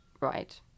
right